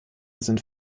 sind